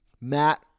Matt